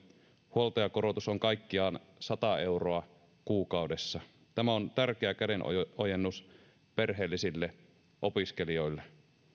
huoltajakorotus on kaikkiaan sata euroa kuukaudessa tämä on tärkeä kädenojennus perheellisille opiskelijoille